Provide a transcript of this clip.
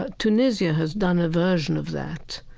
ah tunisia has done a version of that,